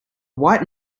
white